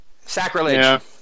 Sacrilege